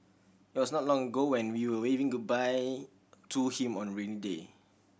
it was not long ago when we were waving goodbye to him on rainy day